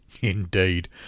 Indeed